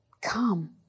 come